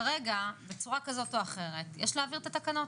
וכרגע, בצורה כזאת או אחרת, יש להעביר את התקנות.